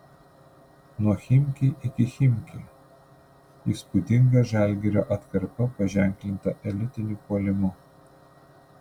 nuo chimki iki chimki įspūdinga žalgirio atkarpa paženklinta elitiniu puolimu